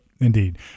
indeed